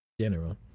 general